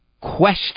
question